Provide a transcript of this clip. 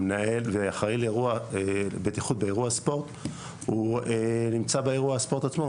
ואחראי בטיחות באירוע ספורט נמצא באירוע הספורט עצמו,